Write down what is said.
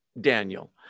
Daniel